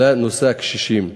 לנושא הקשישים.